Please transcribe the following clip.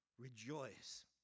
Rejoice